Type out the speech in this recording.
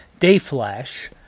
Dayflash